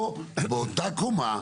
פה באותה קומה,